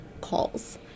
calls